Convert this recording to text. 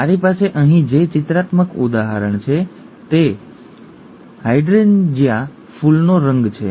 મારી પાસે અહીં જે ચિત્રાત્મક ઉદાહરણ છે તે હાઇડ્રેન્જિયા ફૂલનો રંગ છે